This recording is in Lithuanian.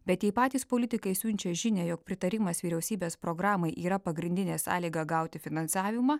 bet jei patys politikai siunčia žinią jog pritarimas vyriausybės programai yra pagrindinė sąlyga gauti finansavimą